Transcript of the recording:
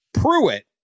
Pruitt